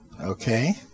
Okay